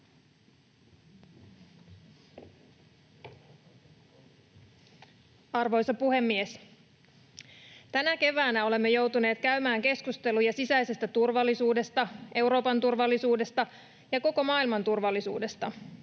Arvoisa puhemies! Tänä keväänä olemme joutuneet käymään keskusteluja sisäisestä turvallisuudesta, Euroopan turvallisuudesta ja koko maailman turvallisuudesta.